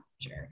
sure